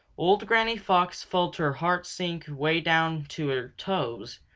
old granny fox felt her heart sink way down to her toes,